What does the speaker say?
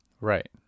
Right